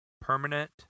Permanent